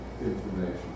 information